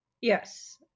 Yes